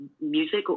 music